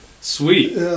Sweet